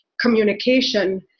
communication